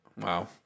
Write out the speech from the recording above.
Wow